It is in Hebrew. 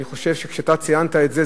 אני חושב שכשאתה ציינת את זה,